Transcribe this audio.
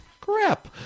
Crap